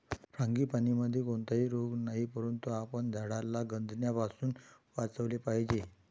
फ्रांगीपानीमध्ये कोणताही रोग नाही, परंतु आपण झाडाला गंजण्यापासून वाचवले पाहिजे